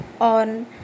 on